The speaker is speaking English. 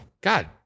God